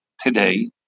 today